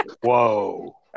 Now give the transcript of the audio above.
Whoa